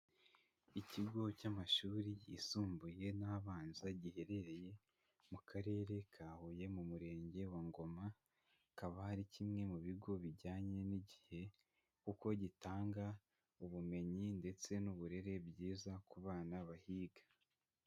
Ikigo cy'amashuri yisumbuye n'abanza giherereye mu Karere ka Huye mu Murenge wa Ngoma, akaba ari kimwe mu bigo bijyanye n'igihe, kuko gitanga ubumenyi ndetse n'uburere byiza ku bana bahiga.